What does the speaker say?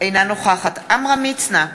אינה נוכחת עמרם מצנע,